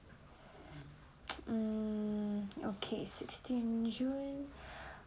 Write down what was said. mm okay sixteen june